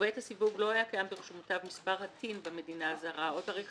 ובעת הסיווג לא היה קיים ברשומותיו מספר ה-TIN במדינה הזרה או תאריך